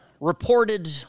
reported